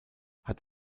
hat